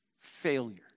Failure